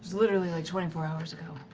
literally like twenty four hours